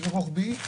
כשזה רוחבי,